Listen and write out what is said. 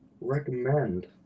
recommend